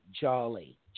jolly